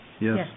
Yes